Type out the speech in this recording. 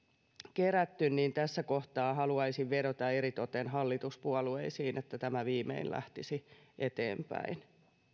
kerätty tässä kohtaa haluaisin vedota eritoten hallituspuolueisiin että tämä viimein lähtisi eteenpäin